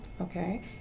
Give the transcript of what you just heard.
Okay